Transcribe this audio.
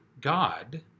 God